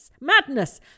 Madness